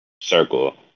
circle